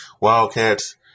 Wildcats